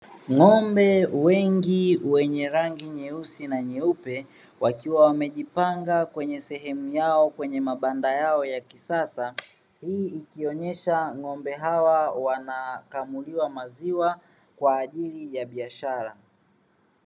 Ng'ombe wengi wenye rangi nyeusi na nyeupe, wakiwa wamejipanga kwenye sehemu yao kwenye mabanda yao ya kisasa. Hii ikionyesha ng'ombe hawa wanakamuliwa maziwa kwa ajili ya biashara.